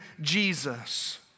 Jesus